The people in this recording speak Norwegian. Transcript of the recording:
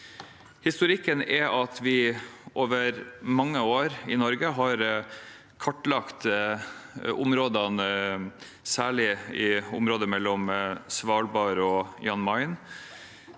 Historikken er at vi over mange år i Norge har kartlagt særlig området mellom Svalbard og Jan Mayen